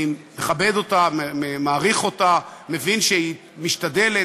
אני מכבד אותה, מעריך אותה, מבין שהיא משתדלת.